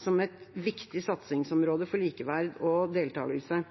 som et viktig satsingsområde for likeverd og deltakelse.